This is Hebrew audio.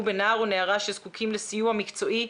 בנער או נערה שזקוקים לסיוע מקצועי,